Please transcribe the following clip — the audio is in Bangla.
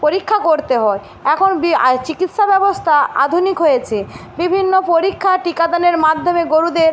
পরীক্ষা করতে হয় এখন চিকিৎসা ব্যবস্থা আধুনিক হয়েছে বিভিন্ন পরীক্ষা টিকাদানের মাধ্যমে গোরুদের